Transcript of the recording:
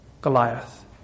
Goliath